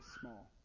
small